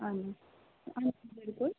اہَن حظ اَہن حظ ہِلکُل